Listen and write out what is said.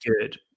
good